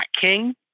king